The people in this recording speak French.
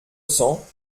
cents